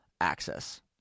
access